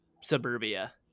suburbia